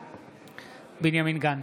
בעד בנימין גנץ,